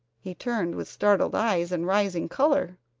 he turned with startled eyes, and rising color.